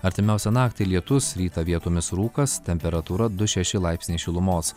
artimiausią naktį lietus rytą vietomis rūkas temperatūra du šeši laipsniai šilumos